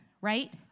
right